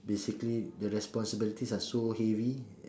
basically the responsibilities are so heavy